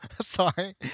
Sorry